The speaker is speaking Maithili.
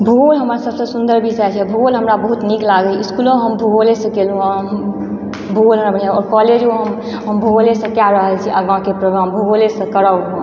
भूगोल हमरा सबसँ सुन्दर विषय छै भूगोल हमरा बहुत नीक लागइए इसकुलोमे हम भूगोलेसँ कयलहुँ आओर भूगोल हमरा बढ़िआँ आओर कॉलेजो हम हम भूगोलेसँ कए रहल छी आगाके प्रोग्राम भूगोलेसँ करब